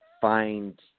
find